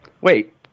Wait